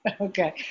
Okay